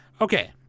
Okay